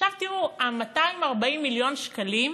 עכשיו תראו, 240 מיליון שקלים,